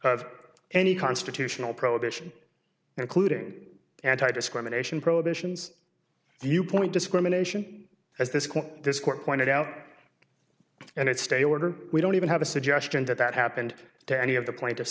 of any constitutional prohibition including anti discrimination prohibitions viewpoint discrimination as this this court pointed out and it's stay order we don't even have a suggestion that that happened to any of the plaintiffs